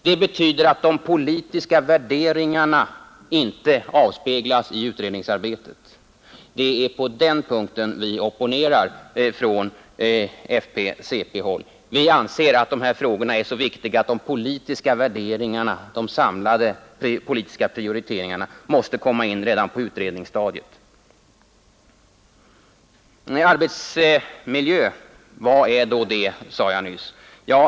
Det betyder att de politiska värderingarna inte avspeglas i utredningsarbetet. Det är på den punkten vi opponerar från fp-cp-håll. Vi anser att de här frågorna är så viktiga att de samlade politiska prioriteringarna måste komma in redan på utredningsstadiet. Vad är då arbetsmiljö, frågade jag nyss.